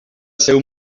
seu